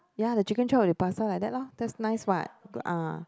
ya the chicken chop with pasta like that lah that's nice what ah